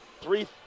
three